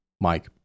Mike